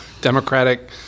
democratic